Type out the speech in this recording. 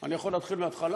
אני יכול להתחיל מהתחלה?